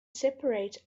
separate